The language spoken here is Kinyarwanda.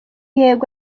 yego